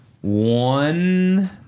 one